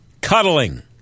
Cuddling